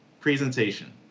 presentation